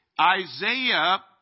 Isaiah